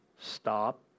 stop